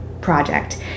project